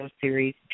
series